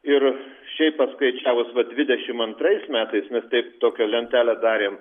ir šiaip paskaičiavus va dvidešim antrais metais mes taip tokią lentelę darėm